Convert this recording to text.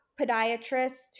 podiatrists